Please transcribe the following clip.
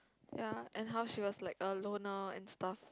ya and how she was like alone now and stuffs